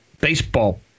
baseball